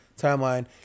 timeline